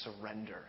surrender